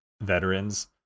veterans